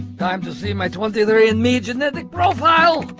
time to see my twenty three andme genetic profile.